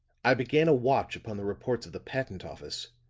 i began a watch upon the reports of the patent office,